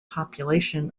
population